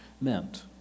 meant